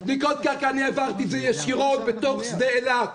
בדיקות קרקע אני העברתי את זה ישירות בתוך שדה אילת.